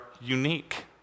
unique